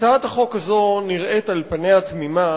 הצעת החוק הזו נראית על פניה תמימה,